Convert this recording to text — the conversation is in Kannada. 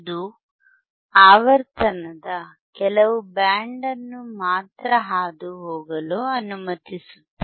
ಇದು ಆವರ್ತನದ ಕೆಲವು ಬ್ಯಾಂಡ್ ಅನ್ನು ಮಾತ್ರ ಹಾದುಹೋಗಲು ಅನುಮತಿಸುತ್ತದೆ